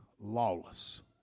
lawless